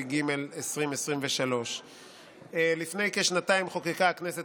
התשפ"ג 2023. לפני כשנתיים חוקקה הכנסת